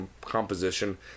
composition